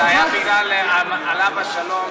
זה היה בגלל, עליו השלום,